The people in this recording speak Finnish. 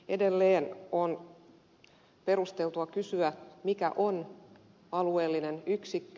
edelleen on perusteltua kysyä mikä on alueellinen yksikkö